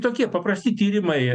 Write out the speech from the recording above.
tokie paprasti tyrimai